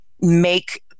make